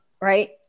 right